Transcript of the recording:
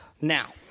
Now